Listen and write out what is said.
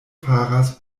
faras